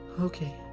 Okay